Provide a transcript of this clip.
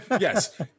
Yes